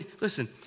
Listen